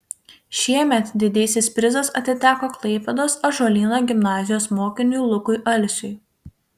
šiemet didysis prizas atiteko klaipėdos ąžuolyno gimnazijos mokiniui lukui alsiui